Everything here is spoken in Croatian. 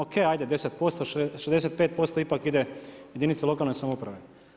OK, ajde 10%, 65% ipak ide jedinici lokalne samouprave.